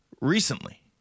recently